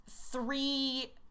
three